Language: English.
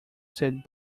said